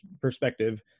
perspective